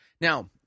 Now